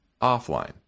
offline